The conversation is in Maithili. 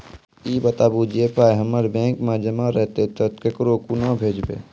ई बताऊ जे पाय हमर बैंक मे जमा रहतै तऽ ककरो कूना भेजबै?